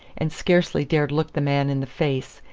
and scarcely dared look the man in the face,